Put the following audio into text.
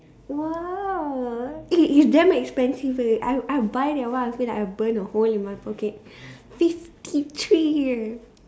!wow! eh it's damn expensive eh I'll I'll buy that one I feel like I burn a hole in my pocket fifty three eh